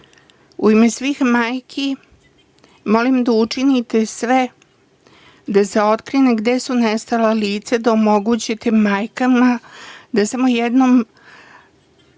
u ime svih majki, molim da učinite sve da se otkrije gde su nestala lica, da omogućite majkama da samo jednom